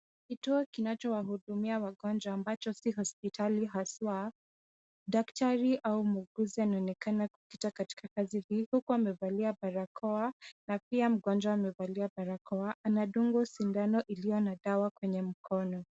Kituo kinachowahudumia wagonjwa ambacho si hospitali haswaa, daktari au muuguzi anaonekana kupita katika kazi hii. Huku amevalia balakoa na pia mgonjwa amevalia balakoa. Anadungwa sindano iliyo na dawa kwenye mkono.